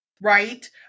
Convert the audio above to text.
right